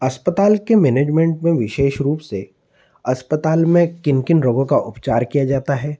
अस्पताल के मैनेजमेंट में विशेष रूप से अस्पताल में किन किन रोगों का उपचार किया जाता है